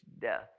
death